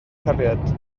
cariad